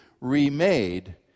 remade